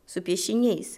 su piešiniais